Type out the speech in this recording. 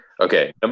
Okay